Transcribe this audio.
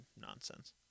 nonsense